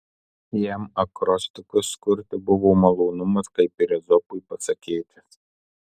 jam akrostichus kurti buvo malonumas kaip ir ezopui pasakėčias